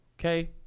okay